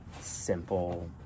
simple